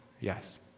yes